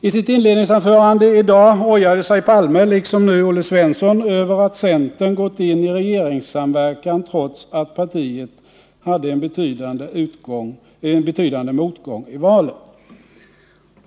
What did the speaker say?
I sitt inledningsanförande i dag ojade sig Olof Palme, liksom nu Olle Svensson, över att centern gått in i en regeringssamverkan trots att partiet hade en betydande motgång i valet.